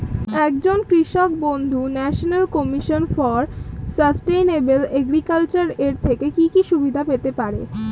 একজন কৃষক বন্ধু national commission for sustainable agriculture এর থেকে কি কি সুবিধা পেতে পারে?